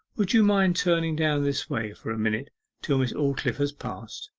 would you mind turning down this way for a minute till miss aldclyffe has passed